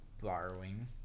borrowing